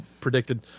predicted